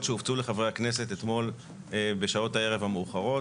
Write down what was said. שהופצו לחברי הכנסת אתמול בשעות הערב המאוחרות,